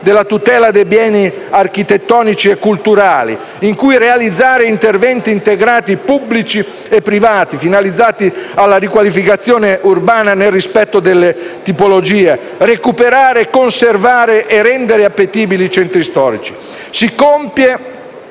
della tutela dei beni architettonici e culturali, in cui realizzare interventi integrati pubblici e privati finalizzati alla riqualificazione urbana, nel rispetto delle tipologie originarie. È importante recuperare, conservare e rendere appetibili i centri storici. Si compie